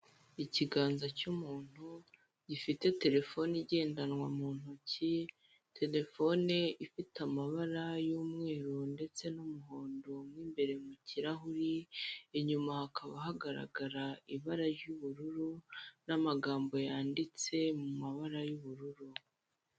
Ikiganza cy'umuntu gifite terefone igendanwa mu ntoki, terefone ifite amabara y'umweru ndeste n'umuhondo mu imbere mu kirahure, inyuma hakaba hagaragara ibara ry'ubururu n'amagambo yanditse mu mabara y'ubururu.